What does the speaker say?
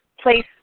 place